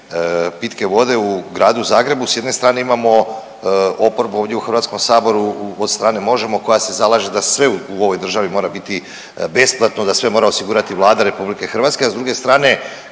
pitke vode u Gradu Zagrebu, s jedne strane imamo oporbu ovdje u HS-u od strane Možemo! koja se zalaže da sve u ovoj državi mora biti besplatno, da sve mora osigurati Vlada RH, a s druge strane,